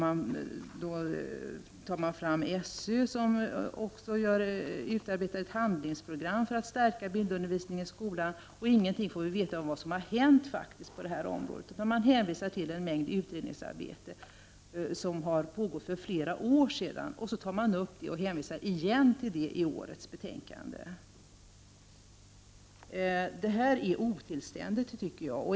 Man framhåller vidare att SÖ utarbetar ett handlingsprogram för att stärka bildundervisningen i skolan, och ingenting får vi veta om vad som faktiskt har hänt på det här området — man hänvisar till en mängd olika utredningsarbeten som pågått för flera år sedan. I årets betänkande hänvisar man alltså till det igen. Det är otillständigt, tycker jag.